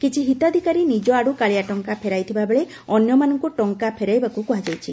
କିଛି ହିତାଧିକାରାୀ ନିଜ ଆଡୁ କାଳିଆ ଟଙ୍କା ଫେରାଇଥିବାବେଳେ ଅନ୍ୟମାନଙ୍ଙୁ ଟଙ୍କା ଫେରାଇବାକୁ କୁହାଯାଇଛି